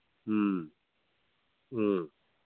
ꯎꯝ ꯎꯝ